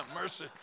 mercy